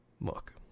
Look